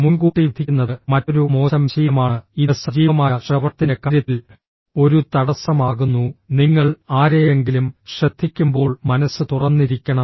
മുൻകൂട്ടി വിധിക്കുന്നത് മറ്റൊരു മോശം ശീലമാണ് ഇത് സജീവമായ ശ്രവണത്തിന്റെ കാര്യത്തിൽ ഒരു തടസ്സമാകുന്നു നിങ്ങൾ ആരെയെങ്കിലും ശ്രദ്ധിക്കുമ്പോൾ മനസ്സ് തുറന്നിരിക്കണം